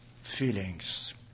feelings